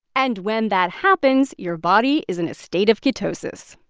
and when that happens, your body is in a state of ketosis.